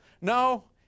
No